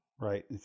Right